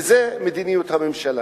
וזאת מדיניות הממשלה.